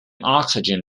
oxygen